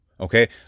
okay